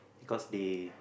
because they